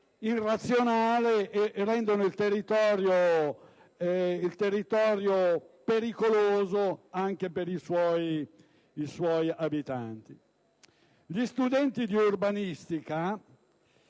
irrazionale, rendendo il territorio pericoloso anche per i suoi abitanti. Gli studenti di urbanistica